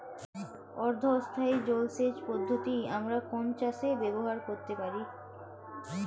অর্ধ স্থায়ী জলসেচ পদ্ধতি আমরা কোন চাষে ব্যবহার করতে পারি?